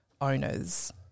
owners